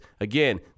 Again